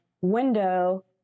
window